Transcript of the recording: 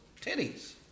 titties